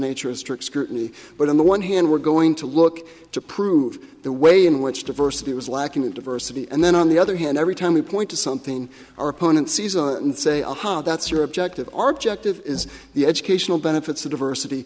nature of strict scrutiny but on the one hand we're going to look to prove the way in which diversity was lacking in diversity and then on the other hand every time we point to something our opponent sees a and say aha that's your objective are objective is the educational benefits the diversity